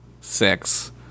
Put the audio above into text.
six